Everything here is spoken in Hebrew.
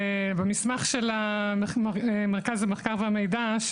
במסמך של מרכז המחקר והמידע,